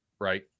Right